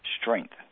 strength